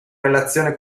relazione